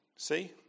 See